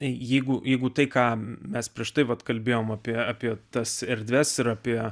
jeigu jeigu tai ką mes prieš tai vat kalbėjome apie apie tas erdves ir apie